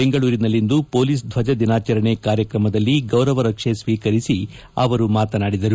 ಬೆಂಗಳೂರಿನಲ್ಲಿಂದು ಮೊಲೀಸ್ ರೈಜ ದಿನಾಚರಣೆ ಕಾರ್ಯಶ್ರಮದಲ್ಲಿ ಗೌರವ ರಕ್ಷೆ ಸ್ವೀಕರಿಸಿ ಅವರು ಮಾತನಾಡಿದರು